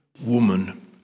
woman